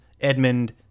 edmund